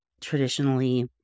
traditionally